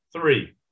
three